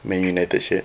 man united shirt